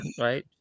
right